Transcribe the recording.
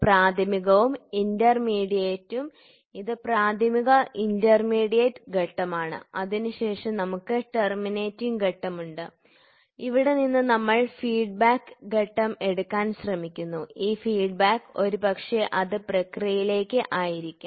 പ്രാഥമികവും ഇന്റർമീഡിയറ്റും ഇത് പ്രാഥമിക ഇന്റർമീഡിയറ്റ് ഘട്ടമാണ് അതിനുശേഷം നമുക്ക് ടെര്മിനേറ്റിംഗ് ഘട്ടമുണ്ട് ഇവിടെ നിന്ന് നമ്മൾ ഫീഡ്ബാക്ക് ഘട്ടം എടുക്കാൻ ശ്രമിക്കുന്നു ഈ ഫീഡ്ബാക്ക് ഒരുപക്ഷേ അത് പ്രക്രിയയിലേക്ക് ആയിരിക്കാം